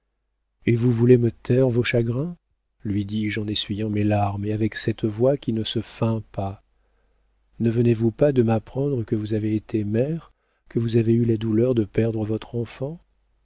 et vous voulez me taire vos chagrins lui dis-je en essuyant mes larmes et avec cette voix qui ne se feint pas ne venez-vous pas de m'apprendre que vous avez été mère que vous avez eu la douleur de perdre votre enfant